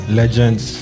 legends